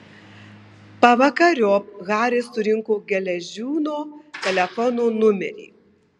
pavakariop haris surinko geležiūno telefono numerį